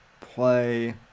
play